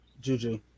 Juju